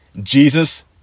Jesus